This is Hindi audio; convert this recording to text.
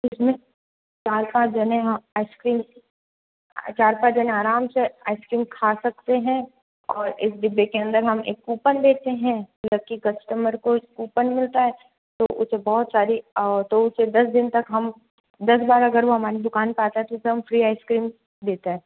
इसमें चार पाँच जने हाँ आइसक्रीम चार पाँच जने आराम से आइसक्रीम खा सकते हैं और इस डिब्बे के अंदर हम एक कूपन देते हैं लकी कस्टमर को कूपन मिलता है तो उसे बहुत सारी तो उसे दस दिन तक हम दस बार अगर वो हमारी दुकान पर आता है तो उसे हम फ्री आइसक्रीम देते हैं